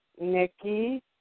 Nikki